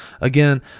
again